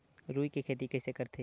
रुई के खेती कइसे करथे?